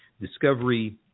discovery